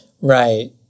Right